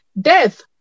Death